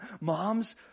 mom's